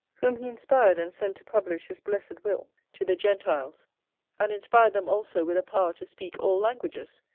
whom he inspired, and sent to publish his blessed will to the gentiles and inspired them also with a power to speak all languages,